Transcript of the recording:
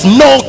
no